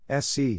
SC